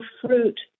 fruit